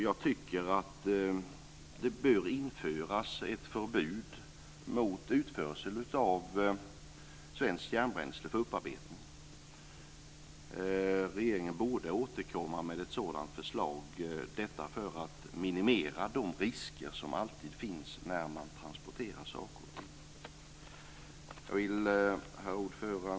Jag tycker att det bör införas ett förbud mot utförsel av svenskt kärnbränsle för upparbetning. Regeringen borde återkomma med ett sådant förslag, detta för att minimera de risker som alltid finns när man transporterar saker och ting. Fru talman!